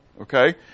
okay